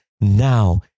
now